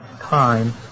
time